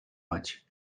much